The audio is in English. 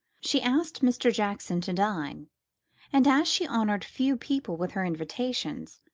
she asked mr. jackson to dine and as she honoured few people with her invitations,